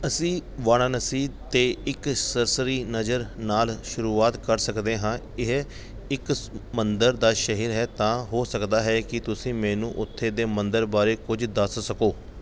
ਅਸੀਂ ਵਾਰਾਣਸੀ 'ਤੇ ਇੱਕ ਸਰਸਰੀ ਨਜ਼ਰ ਨਾਲ ਸ਼ੁਰੂਆਤ ਕਰ ਸਕਦੇ ਹਾਂ ਇਹ ਇੱਕ ਸ ਮੰਦਰ ਦਾ ਸ਼ਹਿਰ ਹੈ ਤਾਂ ਹੋ ਸਕਦਾ ਹੈ ਕਿ ਤੁਸੀਂ ਮੈਨੂੰ ਉੱਥੇ ਦੇ ਮੰਦਰਾਂ ਬਾਰੇ ਕੁਝ ਦੱਸ ਸਕੋ